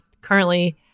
currently